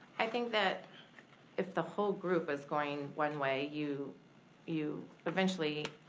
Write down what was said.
i think that if the whole group is going one way, you you eventually,